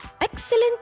Excellent